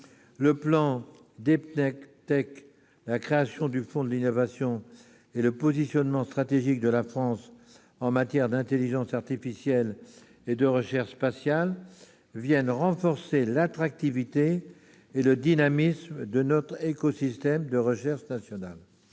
Le plan, la création du fonds de l'innovation et le positionnement stratégique de la France en matière d'intelligence artificielle et de recherche spatiale viennent renforcer l'attractivité et le dynamisme de notre écosystème de recherche national.